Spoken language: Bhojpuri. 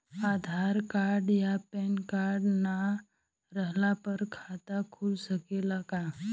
आधार कार्ड आ पेन कार्ड ना रहला पर खाता खुल सकेला का?